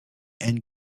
and